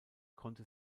konnte